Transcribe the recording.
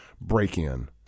break-in